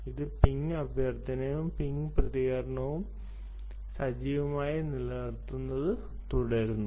അത് പിംഗ് അഭ്യർത്ഥനയും പിംഗ് പ്രതികരണവും സജീവമായി നിലനിർത്തുന്നത് തുടരുന്നു